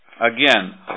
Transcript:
Again